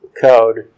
code